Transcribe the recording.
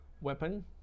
weapon